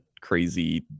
crazy